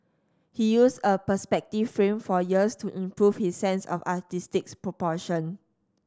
he used a perspective frame for years to improve his sense of artistic proportion